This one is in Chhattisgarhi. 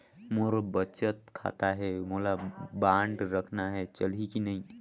मोर बचत खाता है मोला बांड रखना है चलही की नहीं?